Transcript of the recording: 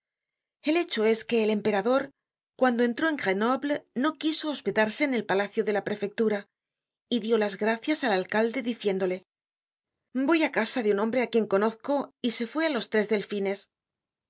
el hecho es que el emperador cuando entró en grenoble no quiso hospedarse en el palacio de la prefectura y dió las gracias al alcalde diciéndole voy á casa de un hombre ó quien conozco y se fué á los tres delfines